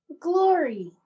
Glory